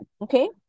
okay